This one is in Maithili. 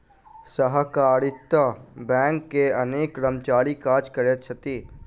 सहकारिता बैंक मे अनेक कर्मचारी काज करैत छथि